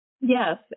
Yes